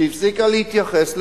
שהפסיקה להתייחס לתהליך.